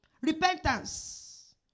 Repentance